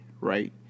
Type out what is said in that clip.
right